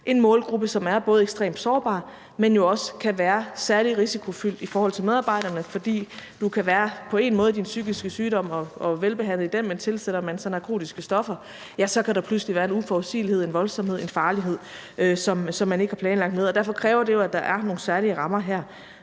en målgruppe, som både er ekstremt sårbar, men jo også kan være særlig risikofyldt i forhold til medarbejderne, for du kan være på én måde i din psykiske sygdom og velbehandlet i den, men tilsætter man så narkotiske stoffer, kan der pludselig være en uforudsigelighed, en voldsomhed og en farlighed, som man ikke har planlagt med, og derfor kræver det jo, at der er nogle særlige rammer her.